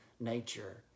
nature